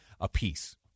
apiece